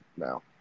Now